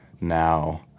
now